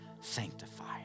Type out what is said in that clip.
sanctified